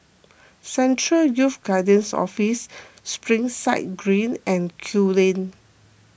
Central Youth Guidance Office Springside Green and Kew Lane